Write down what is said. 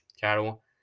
cattle